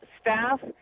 staff